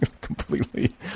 completely